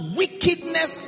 wickedness